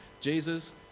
Jesus